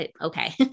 Okay